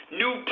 new